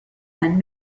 and